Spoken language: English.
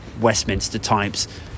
Westminster-types